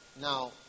Now